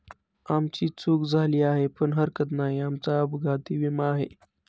आमची चूक झाली आहे पण हरकत नाही, आमचा अपघाती विमा आहे